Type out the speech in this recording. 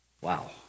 Wow